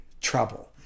trouble